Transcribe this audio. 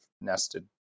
nested